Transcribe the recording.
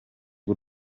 b’u